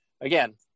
again